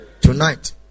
Tonight